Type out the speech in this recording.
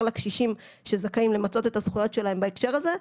לקשישים שזכאים למצות את הזכויות שלהם בהקשר הזה,